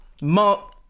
Mark